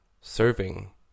serving